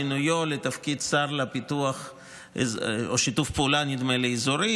מינויו לתפקיד שר לשיתוף פעולה אזורי